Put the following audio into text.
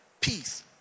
peace